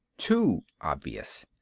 too obvious.